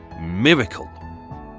miracle